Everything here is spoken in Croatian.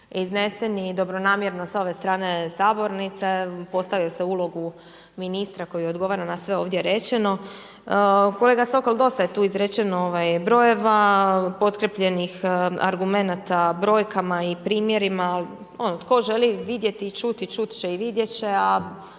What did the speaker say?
izneseni i dobronamjerno s ove strane sabornice, postavio se u ulogu ministra, koji odgovara na sve ovdje rečeno. Kolega Sokol, dosta je tu izrečeno brojeva, potkrijepljenih argumenata, brojkama i primjerima, ali ono tko želi vidjeti i čuti, čuti će i vidjeti, a